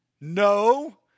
No